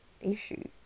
issue